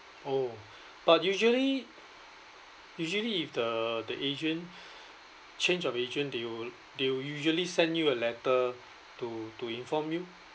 oh but usually usually if the the agent change of agent they will they will usually send you a letter to to inform you